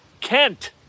Kent